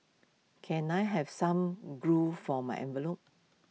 can I have some glue for my envelopes